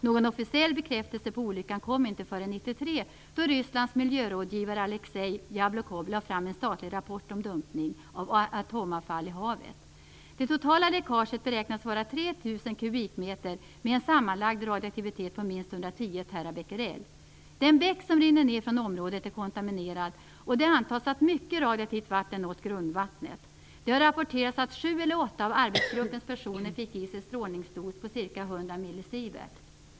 Någon officiell bekräftelse på olyckan kom inte förrän 1993, då Rysslands miljörådgivare Aleksej Jablokov lade fram en statlig rapport om dumpning av atomavfall i havet. Det totala läckaget beräknas vara 3 000 TBq. Den bäck som rinner ner från området är kontaminerad, och det antas att mycket radioaktivt vatten har nått grundvattnet. Det har rapporterats att sju eller åtta av arbetsgruppens deltagare fick i sig en strålningsdos på ca 100 mSv.